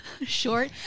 short